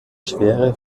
schwere